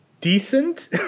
decent